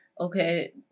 okay